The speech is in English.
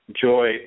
joy